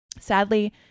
Sadly